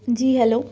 جی hello